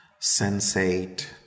sensate